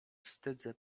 wstydzę